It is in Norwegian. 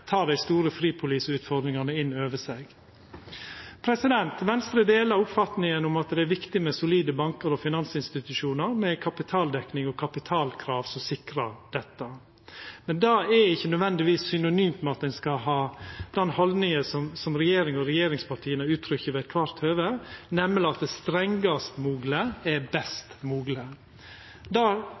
dei store fripoliseutfordringane inn over seg. Venstre deler oppfatninga om at det er viktig med solide bankar og finansinstitusjonar, med kapitaldekning og kapitalkrav som sikrar dette. Men det er ikkje nødvendigvis synonymt med at ein skal ha den haldninga som regjeringa og regjeringspartia uttrykkjer ved alle høve, nemleg at strengast mogleg er best mogleg.